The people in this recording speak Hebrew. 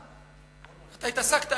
הרי אתה התעסקת,